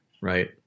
right